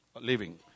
living